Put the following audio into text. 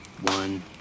one